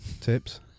tips